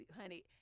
honey